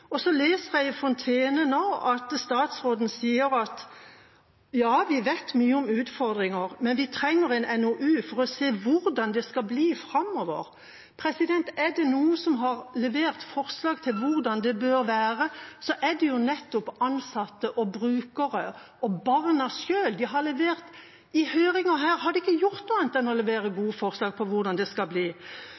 leser jeg i Fontene nå at statsråden sier at ja, vi vet mye om utfordringer, men vi trenger en NOU for å se hvordan det skal bli framover. Er det noen som har levert forslag til hvordan det bør være, er det nettopp ansatte, brukere og barna selv. I høringer her har de ikke gjort noe annet enn å levere gode forslag på hvordan det skal bli.